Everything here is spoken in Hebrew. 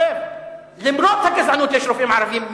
למרות הגזענות יש רופאים ערבים.